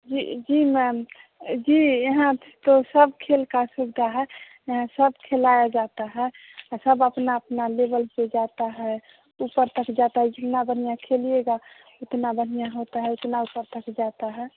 जी जी मैम जी यहाँ तो सब खेल का सुविधा है सब खेलाया जाता है सब अपना अपना लेवल पे जाता है ऊपर तक जाता है ऊ वह जीना बनिया खेलिएगा उतना बढ़िया होता उतना ऊपर तक जाता है